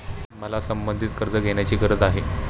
मला संबंधित कर्ज घेण्याची गरज आहे